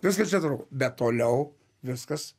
viskas čia tvarkoj bet toliau viskas